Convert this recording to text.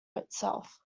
itself